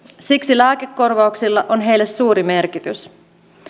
siksi lääkekorvauksilla on heille suuri merkitys